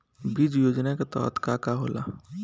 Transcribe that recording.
बीज योजना के तहत का का होला?